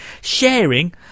sharing